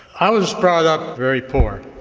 i was brought up very poor.